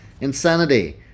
Insanity